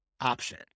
option